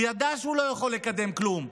הוא ידע שהוא לא יכול לקדם כלום,